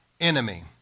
Enemy